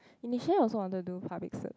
initially I also want to do public ser~